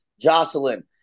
Jocelyn